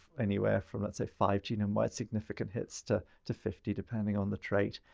anywhere from, let's say, five genome-wide significant hits to to fifty depending on the trait.